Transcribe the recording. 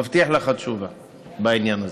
מבטיח לך תשובה בעניין הזה.